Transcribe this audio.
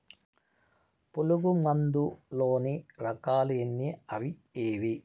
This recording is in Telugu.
పులుగు మందు లోని రకాల ఎన్ని అవి ఏవి?